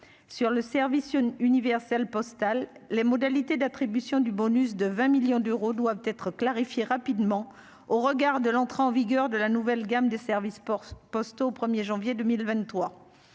sur le service universel postal, les modalités d'attribution du bonus de 20 millions d'euros doivent être clarifiés rapidement au regard de l'entrée en vigueur de la nouvelle gamme de services pour ce poste au 1er janvier 2023